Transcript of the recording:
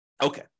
Okay